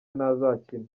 ntazakina